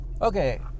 okay